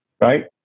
right